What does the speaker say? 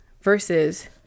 versus